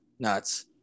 Nuts